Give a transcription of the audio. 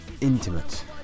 intimate